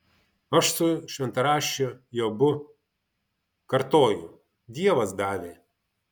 aš su šventraščio jobu kartoju dievas davė